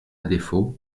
défaut